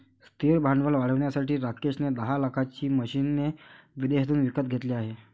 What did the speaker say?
स्थिर भांडवल वाढवण्यासाठी राकेश ने दहा लाखाची मशीने विदेशातून विकत घेतले आहे